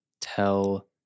tell